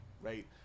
right